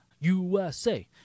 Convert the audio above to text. USA